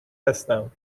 هستم